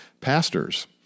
pastors